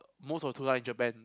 most of the tuna in Japan